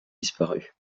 disparu